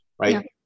right